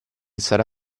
sarà